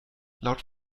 laut